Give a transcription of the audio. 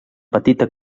petita